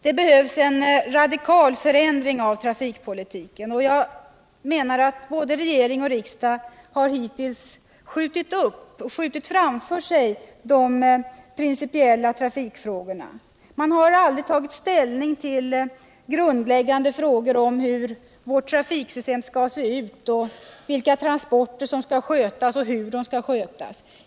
Det behövs en radikal förändring av trafikpolitiken. Både regering och riksdag har hittills skjutit de principiella trafikfrågorna framför sig. Man har aldrig tagit ställning till grundläggande frågor om hur vårt trafiksystem skall se ut, vilka transporter som skall skötas och hur de skall skötas.